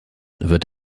wird